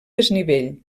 desnivell